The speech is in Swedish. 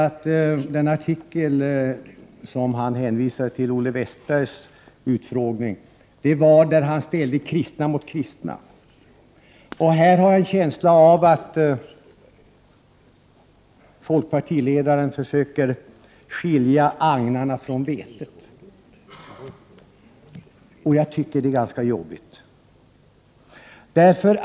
I den artikel med Olle Wästbergs utfrågning, som Bengt Westerberg hänvisade till, ställdes kristna mot kristna. Jag har här en känsla av att folkpartiledaren försöker skilja agnarna från vetet. Jag tycker att detta är ganska jobbigt.